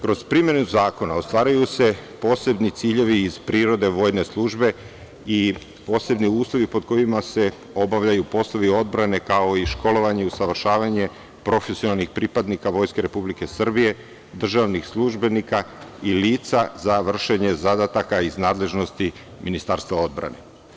Kroz primenu zakona ostvaruju se posebni ciljevi iz prirode vojne službe i posebni uslovi pod kojima se obavljaju poslovi odbrane kao i školovanje i usavršavanje profesionalnih pripadnika Vojske Republike Srbije, državnih službenika i lica za vršenje zadataka iz nadležnosti Ministarstva odbrane.